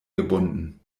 gebunden